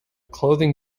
clothing